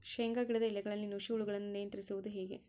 ಶೇಂಗಾ ಗಿಡದ ಎಲೆಗಳಲ್ಲಿ ನುಷಿ ಹುಳುಗಳನ್ನು ನಿಯಂತ್ರಿಸುವುದು ಹೇಗೆ?